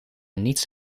niets